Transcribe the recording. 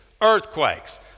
earthquakes